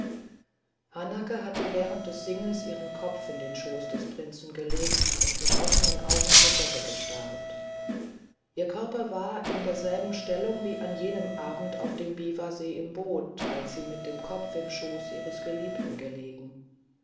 hanake hatte während des singens ihren kopf in den schoß des prinzen gelegt und mit offenen augen zur decke gestarrt ihr körper war in derselben stellung wie an jenem abend auf dem biwasee im boot als sie mit dem kopf im schoß ihres geliebten gelegen